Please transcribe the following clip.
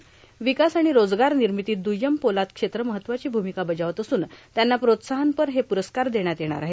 र्विकास आर्माण रोजगार र्नामतीत द्य्यम पोलाद क्षेत्र महत्वाची भूर्ममका बजावत असून त्यांना प्रोत्साहनापर हे पुरस्कार देण्यात येणार आहेत